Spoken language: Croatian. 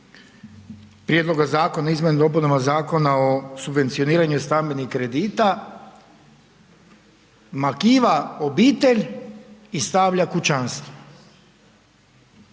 prijedloga zakona, izmjene i dopune zakona o subvencioniranju stambenih kredita, makiva obitelj i stavlja kućanstvo?